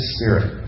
Spirit